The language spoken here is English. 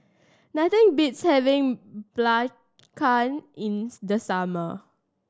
nothing beats having Belacan in the summer